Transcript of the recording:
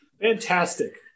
Fantastic